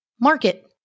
market